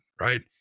right